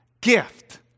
gift